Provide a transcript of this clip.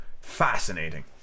fascinating